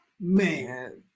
man